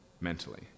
mentally